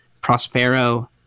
Prospero